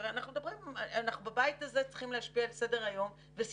הרי בבית הזה אנחנו צריכים להשפיע על סדר היום ועל